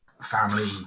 family